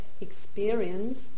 experience